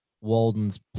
Walden's